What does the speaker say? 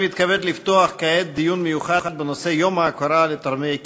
אני מתכבד לפתוח כעת דיון מיוחד בנושא יום ההוקרה לתורמי כליה.